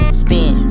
spin